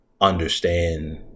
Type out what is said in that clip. understand